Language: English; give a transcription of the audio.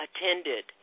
attended